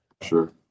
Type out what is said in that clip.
Sure